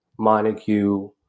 Montague